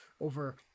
over